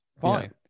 Fine